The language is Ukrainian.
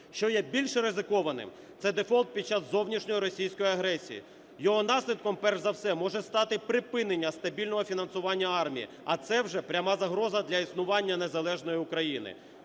Що є більш ризикованим – це дефолт під час зовнішньої російської агресії. Його наслідком перш за все може стати припинення стабільного фінансування армії, а це вже пряма загроза для існування незалежної України.